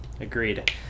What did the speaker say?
Agreed